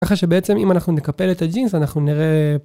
ככה שבעצם אם אנחנו נקפל את הג'ינס אנחנו נראה...